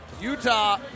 Utah